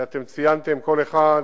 ואתם ציינתם, כל אחד,